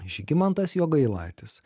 žygimantas jogailaitis